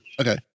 Okay